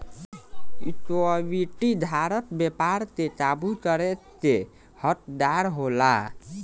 equity धारक व्यापार के काबू करे के हकदार होला